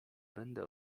będę